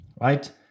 right